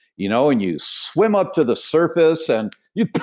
you know and you swim up to the surface and you